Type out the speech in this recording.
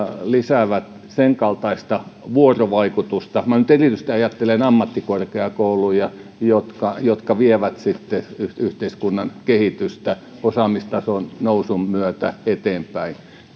lisää senkaltaista vuorovaikutusta minä ajattelen nyt erityisesti ammattikorkeakouluja jotka jotka vievät sitten yhteiskunnan kehitystä osaamistason nousun myötä eteenpäin